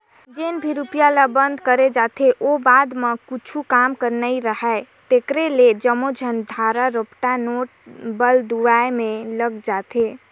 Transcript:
जेन भी रूपिया ल बंद करे जाथे ओ ह बाद म कुछु काम के नी राहय तेकरे ले जम्मो झन धरा रपटा नोट बलदुवाए में लग जाथे